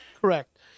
Correct